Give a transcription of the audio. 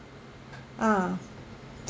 uh